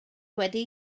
wedi